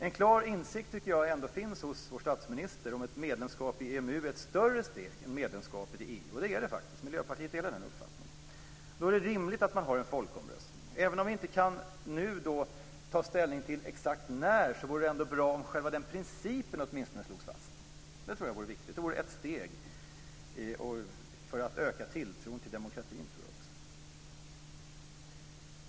En klar insikt finns ändå hos vår statsminister om att ett medlemskap i EMU är ett större steg än medlemskapet i EU. Det är det faktiskt; Miljöpartiet delar den uppfattningen. Det är rimligt att man har en folkomröstning. Även om vi inte nu kan ta ställning till exakt när man skall ha den vore det bra om själva principen åtminstone slogs fast. Jag tror att det är viktigt. Det vore ett steg för att öka tilltron till demokratin.